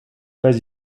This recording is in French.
pas